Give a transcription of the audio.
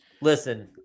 Listen